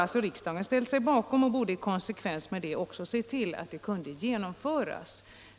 Detta har riksdagen ställt sig bakom och borde i konsekvens med det också se till att det kunde genomföras.